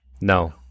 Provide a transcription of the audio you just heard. No